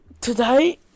today